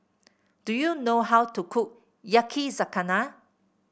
do you know how to cook Yakizakana